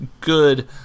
good